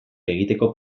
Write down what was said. egiteko